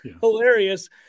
hilarious